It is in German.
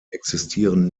existieren